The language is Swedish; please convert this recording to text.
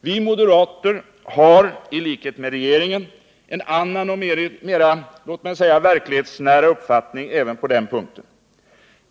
Vi moderater har — i likhet med regeringen — en annan och låt mig säga mera verklighetsnära uppfattning även på den punkten.